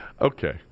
Okay